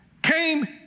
Came